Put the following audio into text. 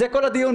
זה כל הדיון,